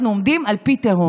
אנחנו עומדים על פי תהום.